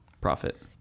profit